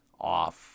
off